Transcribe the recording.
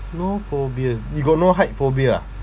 no phobias you got no height phobia ah